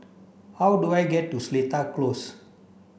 how do I get to Seletar Close